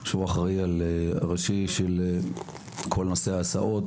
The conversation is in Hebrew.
שאחראי על כל מערך ההסעות,